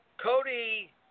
Cody